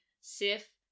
Sif